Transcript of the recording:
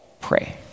pray